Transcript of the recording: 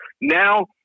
Now